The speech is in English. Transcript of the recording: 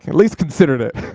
least considered it.